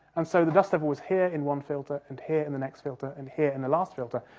and so the dust devil was here in one filter, and here in the next filter, and here in the last filter,